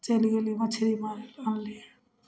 चलि गेलै मछरी मारैलए आनलिए